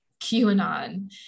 QAnon